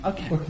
Okay